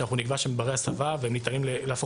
שאנחנו נקבע שהם בני הסבה וניתן בפעולות